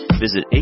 visit